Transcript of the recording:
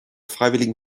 freiwilligen